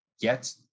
get